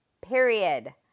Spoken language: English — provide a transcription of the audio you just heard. period